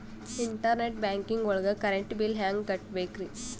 Internet banking ಒಳಗ್ current bill ಹೆಂಗ್ ಕಟ್ಟ್ ಬೇಕ್ರಿ?